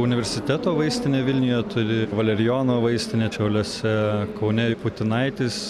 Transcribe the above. universiteto vaistinė vilniuje turi valerijono vaistinę šiauliuose kaune putinaitis